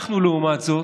אנחנו, לעומת זאת,